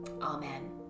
Amen